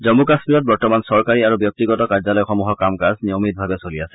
জম্মু আৰু কামীৰত বৰ্তমান চৰকাৰী আৰু ব্যক্তিগত কাৰ্যলয়সমূহৰ কাম কাজ নিয়মিতভাৱে চলি আছে